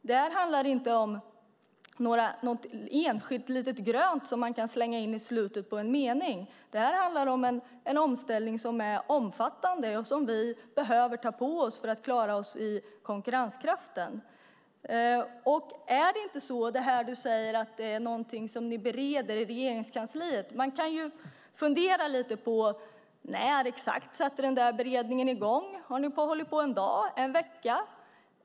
Det här handlar inte om något enskilt litet grönt som man kan slänga in i slutet på en mening. Det här handlar om en omställning som är omfattande och som vi behöver ta på oss för att klara oss i konkurrensen. Du säger att det här är någonting som ni bereder i Regeringskansliet. Man kan ju fundera lite på när exakt den där beredningen sätter i gång. Har den hållit på en dag, en vecka?